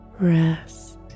Rest